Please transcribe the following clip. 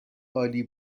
عالی